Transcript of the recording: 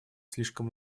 слишком